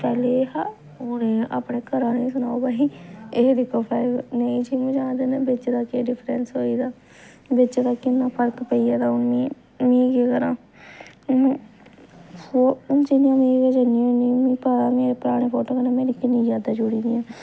पैह्ले एह् हा हून एह् ऐ अपने घरा आहलें गी सनाओ भाई एह् दिक्खो नेईं जिम जान दा बिच्च दा केह् डिफरेंस होई गेदा बिच्च दा किन्ना फर्क पेई गेदा हून में मी केह् करां हून ओह् हून जियां में कुतै जन्नी होन्नी मीं पता पराने फोटो कन्नै मेरी किन्नी यादां जुड़ी दियां